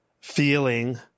feeling